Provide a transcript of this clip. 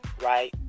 right